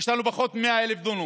יש לנו פחות מ-100,000 דונם.